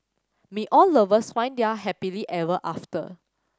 may all lovers find their happily ever after